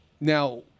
Now